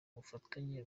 ubufatanye